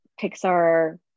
Pixar